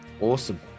awesome